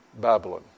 Babylon